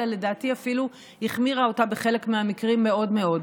אלא לדעתי אפילו החמירה אותה בחלק מהמקרים מאוד מאוד.